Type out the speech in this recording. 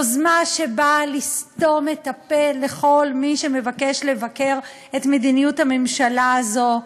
יוזמה שבאה לסתום את הפה לכל מי שמבקש לבקר את מדיניות הממשלה הזאת,